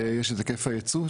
יש את היקף הייצוא,